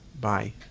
Bye